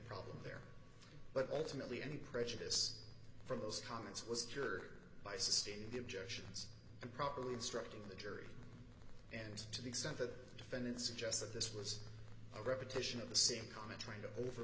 problem there but ultimately any prejudice from those comments was cured by sustain the objections and properly instructing the jury and to the extent that defendant suggested this was a repetition of the same comment trying to over